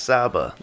Saba